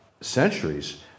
centuries